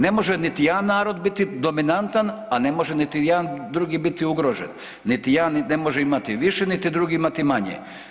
Ne može niti jedan narod biti dominantan, a ne može niti jedan drugi biti ugrožen, niti jedan ne može imati više, niti drugi imati manje.